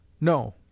No